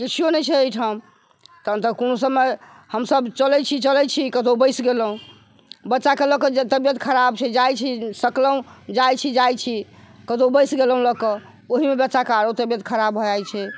किछुओ नहि छै अइठाम तहन तऽ कोनो समय हमसब चलै छी चलै छी कतौ बैसि गेलहुँ बच्चाके लअ कऽ जे तबियत खराब छै जाइ छी सकलहुँ जाइ छी जाइ छी कतौ बैसि गेलहुँ लअ कऽ ओहिमे बच्चाके आरो तबियत खराब भऽ जाइ छै